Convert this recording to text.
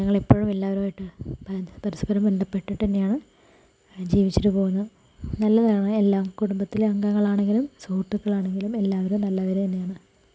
ഞങ്ങളെപ്പാഴും എല്ലാവരുമായിട്ടും പരസ്പരം ബന്ധപെട്ടിട്ടെന്നെയാണ് ജീവിച്ചിട്ട് പോകുന്നത് നല്ലതാണ് എല്ലാം കുടുംബത്തിലെ അംഗങ്ങളാണെങ്കിലും സുഹൃത്തുക്കളാണെങ്കിലും എല്ലാവരും നല്ലവരെന്നെയാണ്